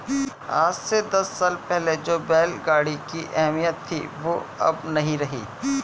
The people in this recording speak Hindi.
आज से दस साल पहले जो बैल गाड़ी की अहमियत थी वो अब नही रही